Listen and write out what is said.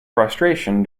frustration